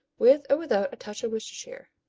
with or without a touch of worcestershire.